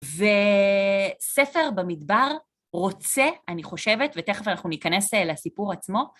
וספר במדבר רוצה, אני חושבת, ותכף אנחנו ניכנס לסיפור עצמו.